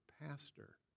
pastor